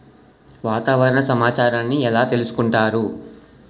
వాతావరణ సమాచారాన్ని ఎలా తెలుసుకుంటారు?